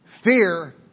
Fear